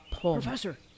Professor